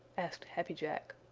asked happy jack.